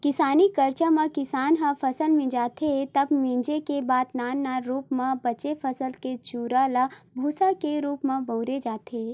किसानी कारज म किसान ह फसल मिंजथे तब मिंजे के बाद नान नान रूप म बचे फसल के चूरा ल भूंसा के रूप म बउरे जाथे